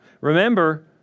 Remember